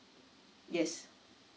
yes